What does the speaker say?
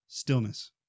Stillness